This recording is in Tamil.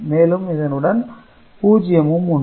மேலும் இதனுடன் 0 வும் உண்டு